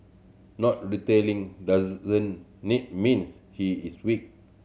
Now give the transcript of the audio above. not doesn't mean he is weak